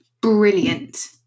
Brilliant